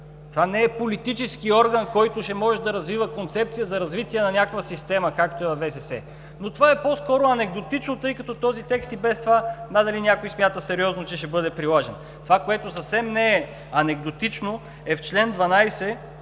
Това не е политически орган, който ще може да развива концепция за развитие на някаква система, както е във ВСС. Но това е по-скоро анекдотично, тъй като този текст и без това надали някой смята сериозно, че ще бъде приложен. Това, което съвсем не е анекдотично, е в чл. 12